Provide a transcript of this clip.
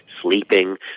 sleeping